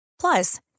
Plus